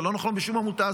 זה לא נכון בשום עמותה,